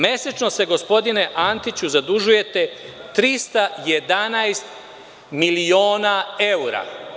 Mesečno se, gospodine Antiću, zadužujete 311.000.000 eura.